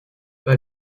pas